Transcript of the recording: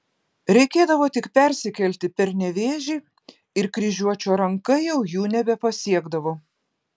reikėdavo tik persikelti per nevėžį ir kryžiuočio ranka jau jų nebepasiekdavo